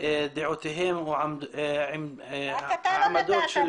דעותיהם ועמדותיהם -- רק אתה לא נתת.